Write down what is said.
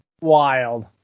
Wild